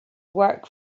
work